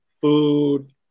food